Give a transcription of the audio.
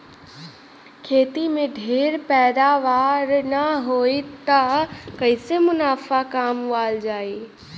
खेती में ढेर पैदावार न होई त कईसे मुनाफा कमावल जाई